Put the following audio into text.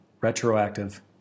retroactive